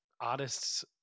artists